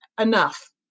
enough